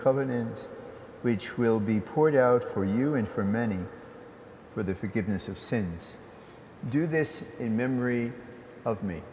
covenant which will be poured out for you and for many for the forgiveness of sins do this in memory of me